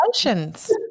Congratulations